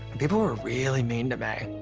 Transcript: people were really mean to me.